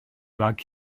rhag